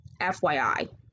FYI